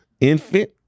Infant